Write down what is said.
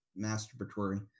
masturbatory